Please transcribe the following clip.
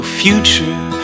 future